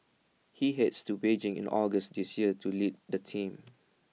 he heads to Beijing in August this year to lead the team